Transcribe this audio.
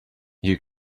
you